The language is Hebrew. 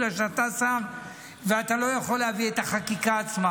בגלל שאתה שר ואתה לא יכול להביא את החקיקה עצמה,